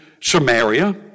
Samaria